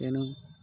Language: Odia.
ତେଣୁ